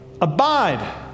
Abide